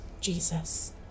Jesus